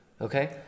okay